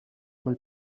quel